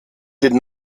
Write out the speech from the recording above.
den